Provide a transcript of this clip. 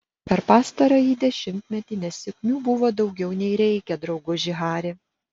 per pastarąjį dešimtmetį nesėkmių buvo daugiau nei reikia drauguži hari